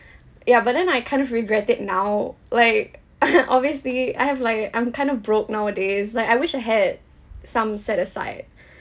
ya but then I kind of regret it now like obviously I have like I'm kind of broke nowadays like I wish I had some set aside